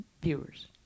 viewers